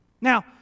Now